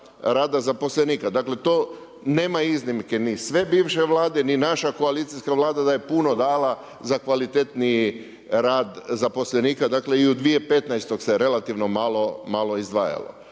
rada zaposlenika. Dakle, to nema iznimke. Ni sve bivše Vlade ni naša koalicijska Vlada da je puno dala za kvalitetniji rad zaposlenika, dakle i u 2015. se relativno malo izdvajalo.